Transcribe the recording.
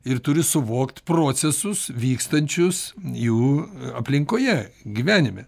ir turi suvokt procesus vykstančius jų aplinkoje gyvenime